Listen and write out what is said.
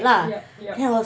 yup yup